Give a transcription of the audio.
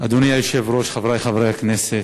אדוני היושב-ראש, חברי חברי הכנסת,